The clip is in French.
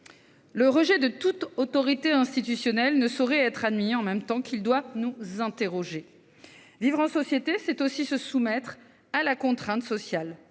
Le rejet de toute autorité institutionnelle ne saurait être admis, en même temps qu'il doit nous interroger. Vivre en société, c'est aussi se soumettre à la contrainte sociale.